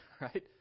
right